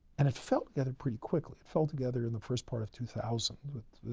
and it fell together pretty quickly. it fell together in the first part of two thousand, with